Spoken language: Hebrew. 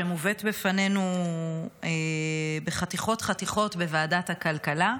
שמובאת בפנינו בחתיכות-חתיכות בוועדת הכלכלה.